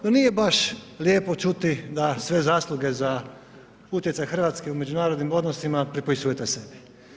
No nije baš lijepo čuti da sve zasluge za utjecaj Hrvatske u međunarodnim odnosima pripisujete sebi.